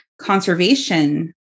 conservation